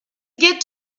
get